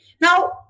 now